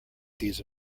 these